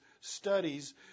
studies